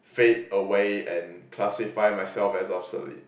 fade away and classify myself as obsolete